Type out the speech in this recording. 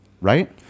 right